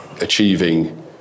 achieving